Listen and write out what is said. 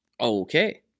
Okay